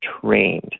trained